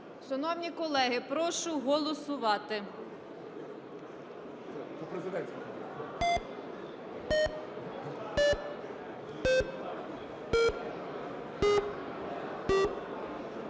Шановні колеги, прошу голосувати.